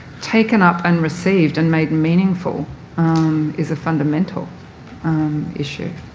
taken up and received and made meaningful is a fundamental issue.